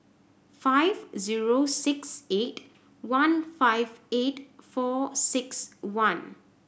five zero six eight one five eight four six one